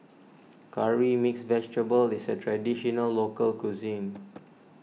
Curry Mixed Vegetable is a Traditional Local Cuisine